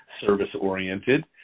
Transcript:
service-oriented